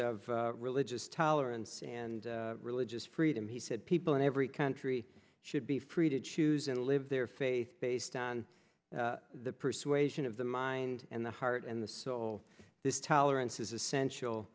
of religious tolerance and religious freedom he said people in every country should be free to choose and live their faith based on the persuasion of the mind and the heart and the soul this tolerance is essential